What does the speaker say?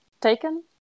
taken